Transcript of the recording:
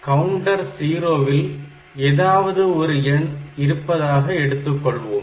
counter 0 வில் ஏதாவது ஒரு எண் இருப்பதாக எடுத்துக்கொள்வோம்